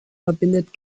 verbindet